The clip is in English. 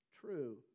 True